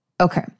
Okay